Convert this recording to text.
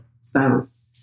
spouse